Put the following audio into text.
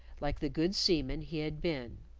like the good seaman he had been.